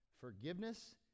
forgiveness